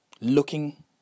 looking